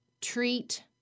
treat